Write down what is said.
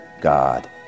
God